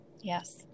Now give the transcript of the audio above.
yes